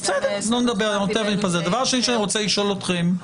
אדוני היושב-ראש --- דבר שני שאני רוצה לשאול אתכם,